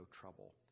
trouble